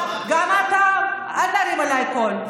גם אתה, אל תרים עליי את הקול.